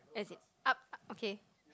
as in up okay